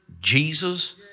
Jesus